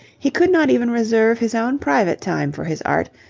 he could not even reserve his own private time for his art,